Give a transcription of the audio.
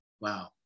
Wow